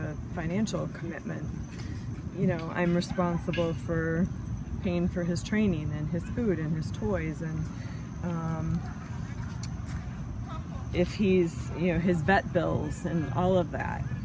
a financial commitment you know i'm responsible for paying for his training and his food and his toys and if he's you know his vet bills and all of that